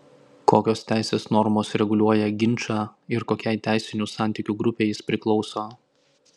kokios teisės normos reguliuoja ginčą ir kokiai teisinių santykių grupei jis priklauso